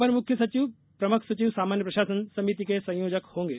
अपर मुख्य सचिवप्रमुख सचिव सामान्य प्रशासन समिति के संयोजक होंगे